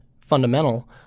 fundamental